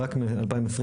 רק מ-2024.